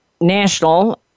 national